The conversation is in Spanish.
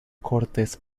cortes